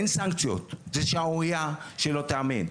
אין סנקציות, זה שערורייה שלא תיאמן,